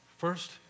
First